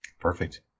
Perfect